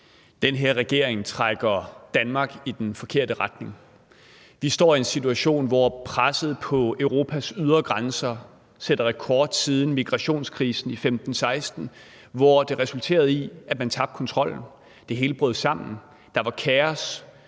Den her regering trækker Danmark i den forkerte retning. Vi står i en situation, hvor presset på Europas ydre grænser sætter rekord siden det, vi så med migrationskrisen i 2015-2016, der resulterede i, at man tabte kontrollen, det hele brød sammen, der var kaos,